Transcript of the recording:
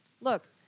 Look